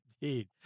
Indeed